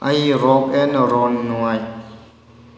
ꯑꯩ rock and roll ꯅꯨꯡꯉꯥꯏ